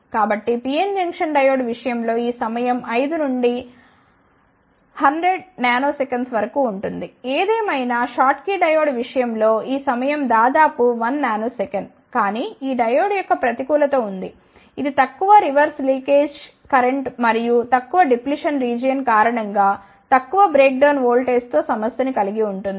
కాబట్టి PN junction diode విషయం లో ఈ సమయం 5 నుండి 100 ns వరకు ఉంటుంది ఏదేమైనా షాట్కీ డయోడ్ విషయం లో ఈ సమయం దాదాపు 1 ns కానీ ఈ డయోడ్ యొక్క ప్రతికూలత ఉంది ఇది తక్కువ రివర్స్ లీకేజ్ కరెంట్ మరియు తక్కువ డిప్లిషన్ రీజియన్ కారణం గా తక్కువ బ్రేక్ డౌన్ వోల్టేజ్తో సమస్య ని కలిగి ఉంటుంది